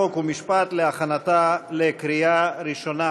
חוק ומשפט להכנתה לקריאה ראשונה.